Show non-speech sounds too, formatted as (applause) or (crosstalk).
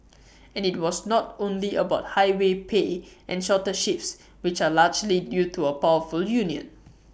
(noise) and IT was not only about higher pay and shorter shifts which are largely due to A powerful union